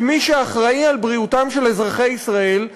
כמי שאחראי לבריאותם של אזרחי ישראל,